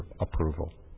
approval